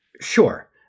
Sure